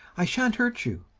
i shan't hurt you.